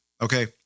okay